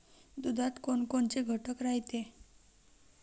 दुधात कोनकोनचे घटक रायते?